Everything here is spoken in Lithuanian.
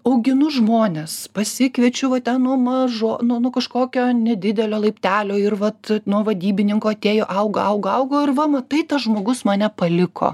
auginu žmones pasikviečiu va ten nuo mažo nuo nuo kažkokio nedidelio laiptelio ir vat nuo vadybininko atėjo augo augo augo ir va matai tas žmogus mane paliko